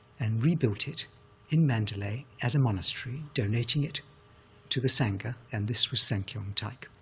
and rebuilt it in mandalay as a monastery, donating it to the sangha, and this was sankyaung taik,